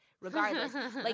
regardless